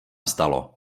stalo